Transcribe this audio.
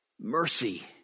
Mercy